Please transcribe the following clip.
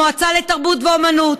המועצה לתרבות ואומנות,